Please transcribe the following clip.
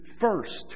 First